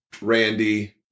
Randy